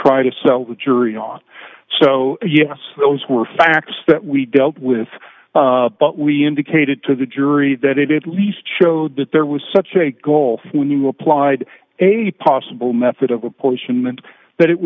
try to sell the jury on so yes those were facts that we dealt with but we indicated to the jury that it did least showed that there was such a goal when you applied a possible method of apportion